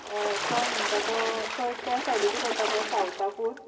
तो म्हणटा तो थंय त्या सायडीकूच येता तो सावथाकूच